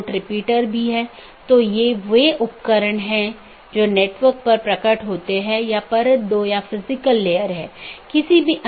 यहां R4 एक स्रोत है और गंतव्य नेटवर्क N1 है इसके आलावा AS3 AS2 और AS1 है और फिर अगला राउटर 3 है